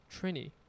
Trini